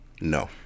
No